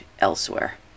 elsewhere